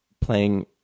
playing